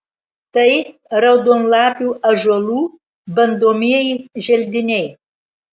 tai raudonlapių ąžuolų bandomieji želdiniai